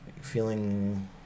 feeling